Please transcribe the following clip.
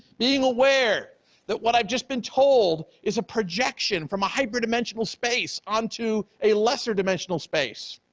being aware that what i just been told is a projection from a hyper dimensional space onto a lesser dimensional space.